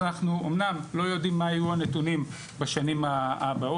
אז אנחנו אמנם לא יודעים מה יהיו הנתונים בשנים הבאות,